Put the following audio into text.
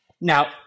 Now